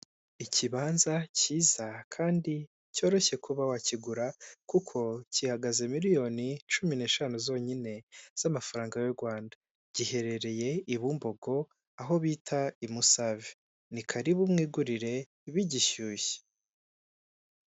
Ikibanza cyiza kandi cyoroshye kuba wakigura kuko kihagaze miliyoni cumi n'eshanu zonyine z'amafaranga y'u Rwanda. Giherereye i Bumbogo, aho bita i Musave. Ni karibu mwigurire bigishyushye.